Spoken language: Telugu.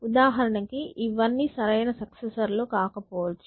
ఉదాహరణకి ఇవన్నీ సరైన సక్సెసర్ లు కాకపోవచ్చు